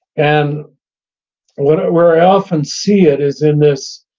and where where i often see it is in this